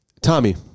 Tommy